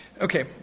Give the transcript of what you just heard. Okay